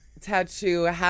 tattoo